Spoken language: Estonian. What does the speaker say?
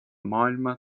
maailma